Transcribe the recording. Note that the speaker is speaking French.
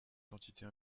quantités